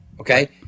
Okay